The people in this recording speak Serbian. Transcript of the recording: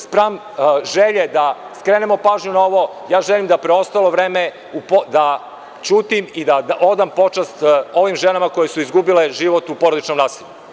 Spram želje da skrenemo pažnju na ovo želim da preostalo vreme ćutim i odam počast ovim ženama koje su izgubile život u porodičnom nasilju.